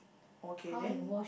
okay then